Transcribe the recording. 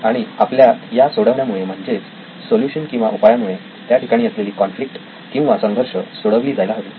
आणि आपल्या या सोडवण्यामुळे म्हणजेच सोल्युशन किंवा उपायामुळे त्या ठिकाणी असलेली कॉन्फ्लिक्ट किंवा संघर्ष सोडवली जायला हवी